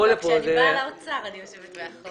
המשרד לביטחון פנים 82 מיליון שקלים.